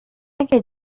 اگه